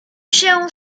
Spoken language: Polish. się